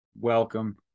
welcome